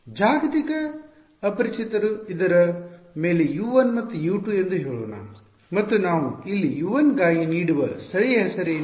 ಜಾಗತಿಕ ಅಪರಿಚಿತರು ಇದರ ಮೇಲೆ U1 ಮತ್ತು U2 ಎಂದು ಹೇಳೋಣ ಮತ್ತು ನಾವು ಇಲ್ಲಿ U1 ಗಾಗಿ ನೀಡುವ ಸ್ಥಳೀಯ ಹೆಸರು ಏನು